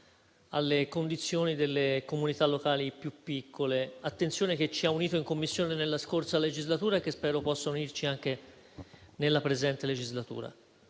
alle condizioni delle comunità locali più piccole; attenzione che ci ha unito in Commissione nella scorsa legislatura e che spero possan unirci anche nella presente legislatura.